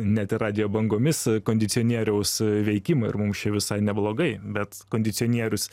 net ir radijo bangomis kondicionieriaus veikimą ir mums čia visai neblogai bet kondicionierius